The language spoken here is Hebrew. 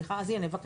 הינה, בבקשה.